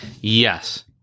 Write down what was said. Yes